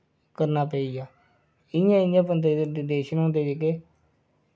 करना पेइया इयां इयां बंदे दे रिलेशन होंदे जेह्के